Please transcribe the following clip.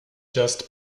just